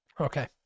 Okay